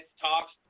talks